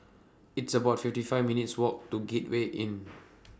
It's about fifty five minutes' Walk to Gateway Inn